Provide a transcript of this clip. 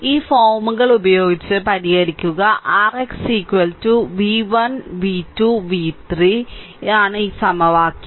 ഈ ഫോമുകൾ ഉപയോഗിച്ച് പരിഹരിക്കുക r x v v1 v2 v3 ഈ സമവാക്യം